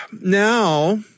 now